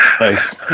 nice